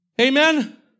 amen